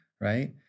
Right